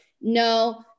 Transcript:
no